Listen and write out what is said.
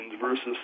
versus